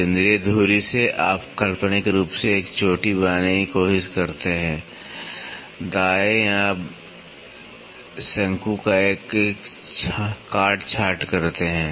केंद्रीय धुरी से आप काल्पनिक रूप से एक चोटी बनाने की कोशिश करते हैं दाएं या शंकु का एक काट छांट करते हैं